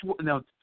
no